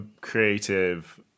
creative